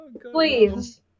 Please